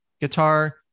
guitar